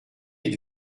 êtes